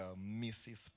Mrs